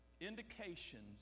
indications